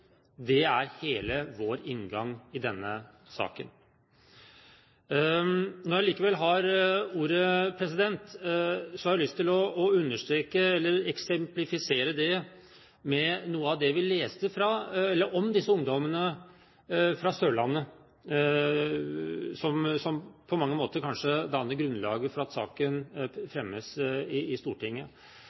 Det er hele vår inngang til denne saken. Når jeg allikevel har ordet, har jeg lyst til å eksemplifisere dette med noe av det vi leste om disse ungdommene fra Sørlandet, som på mange måter kanskje danner grunnlaget for at saken fremmes i Stortinget. Vi kunne lese – og politiet har gått veldig langt i